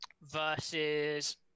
versus